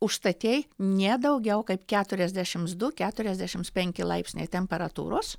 užstatei ne daugiau kaip keturiasdešims du keturiasdešims penki laipsniai temperatūros